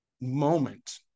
moment